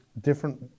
different